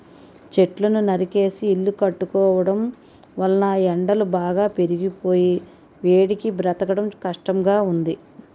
చెట్లను నరికేసి ఇల్లు కట్టుకోవడం వలన ఎండలు బాగా పెరిగిపోయి వేడికి బ్రతకడం కష్టంగా ఉంది